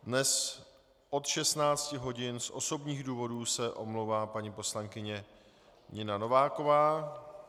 Dnes od 16 hodin se z osobních důvodů omlouvá paní poslankyně Nina Nováková.